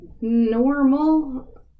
normal